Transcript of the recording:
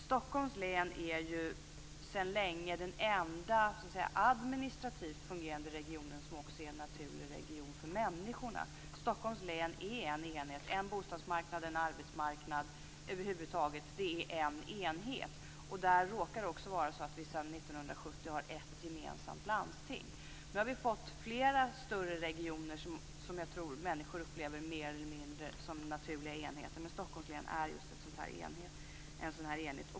Stockholms län är ju sedan länge den enda administrativt fungerande region som också är en naturlig region för människorna. Stockholms län är en enhet med en bostadsmarknad och en arbetsmarknad. Det är över huvud taget en enhet. Där råkar det också vara så att vi sedan 1970 har ett gemensamt landsting. Nu har vi fått flera större regioner som jag tror att människor upplever som mer eller mindre naturliga enheter. Men Stockholms län är just en sådan enhet.